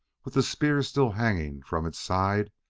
with the spear still hanging from its side,